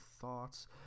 thoughts